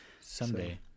someday